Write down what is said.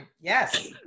Yes